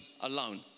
alone